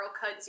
cut